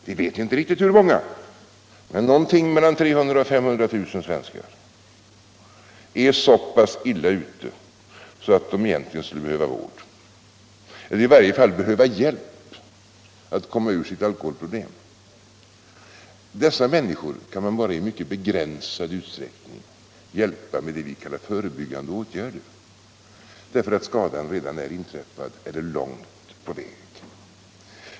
Vi vet inte riktigt hur många, men någonting mellan 300 000 och 500 000 svenskar är så pass illa ute att de egentligen skulle behöva vård eller i varje fall hjälp att komma ur sitt alkoholproblem. Dessa människor kan man bara i mycket begränsad utsträckning hjälpa med det vi kallar förebyggande åtgärder, därför att skadan redan är inträffad eller på väg att inträffa.